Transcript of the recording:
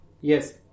Yes